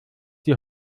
die